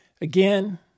Again